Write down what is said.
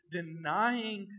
denying